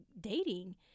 dating